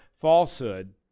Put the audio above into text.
falsehood